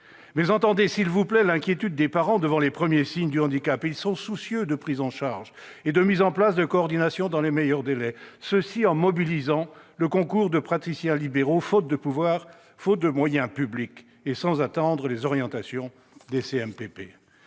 Mais entendez, s'il vous plaît, l'inquiétude des parents devant les premiers signes de handicap. Ils sont soucieux que les prises en charge et la coordination se fassent dans les meilleurs délais, en mobilisant le concours de praticiens libéraux, faute de moyens publics, et sans attendre les orientations des CMPP.